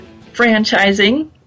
franchising